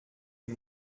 est